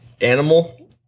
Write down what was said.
Animal